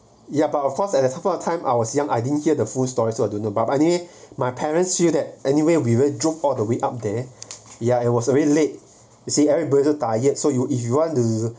ya but of course at that point of time I was young I didn't hear the full story so I don't know but anyway my parents feel that anywhere we will drop out all the way up there yeah it was already late you see everybody tired so you if you want to